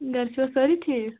گرِ چھُوا سٲری ٹھیٖک